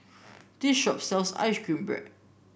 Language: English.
this shop sells ice cream bread